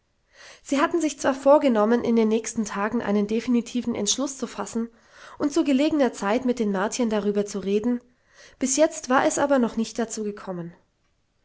sie hatten sich zwar vorgenommen in den nächsten tagen einen definitiven entschluß zu fassen und zu gelegener zeit mit den martiern darüber zu reden bis jetzt war es aber noch nicht dazu gekommen